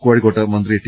കോഴിക്കോട്ട് മന്ത്രി ടി